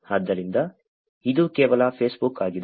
ಆದ್ದರಿಂದ ಇದು ಕೇವಲ ಫೇಸ್ಬುಕ್ ಆಗಿದೆ